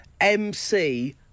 MC